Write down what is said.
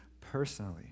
personally